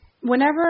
Whenever